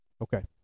Okay